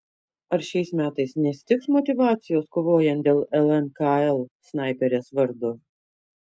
ar šiais metais nestigs motyvacijos kovojant dėl lmkl snaiperės vardo